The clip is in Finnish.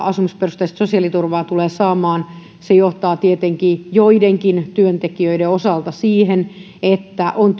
asumisperusteista sosiaaliturvaa tulee saamaan se johtaa tietenkin joidenkin työntekijöiden osalta siihen että on